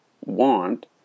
want